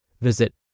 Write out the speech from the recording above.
Visit